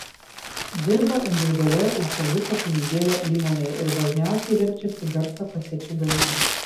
dirba individualioje ipolito kunigėlio įmonėje ir dažniausiai verčiasi garso kasečių gamyba